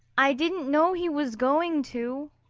i didn't know he was going to,